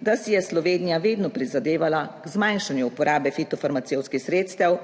da si je Slovenija vedno prizadevala k zmanjšanju uporabe fitofarmacevtskih sredstev